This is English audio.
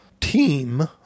team